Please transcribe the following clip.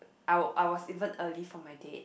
I wa~ I was even early for my date